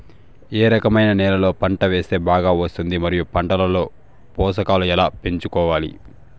ఏ రకమైన నేలలో పంట వేస్తే బాగా వస్తుంది? మరియు పంట లో పోషకాలు ఎలా పెంచుకోవాలి?